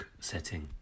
setting